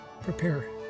prepare